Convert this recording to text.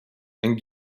and